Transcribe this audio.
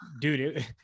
dude